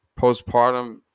postpartum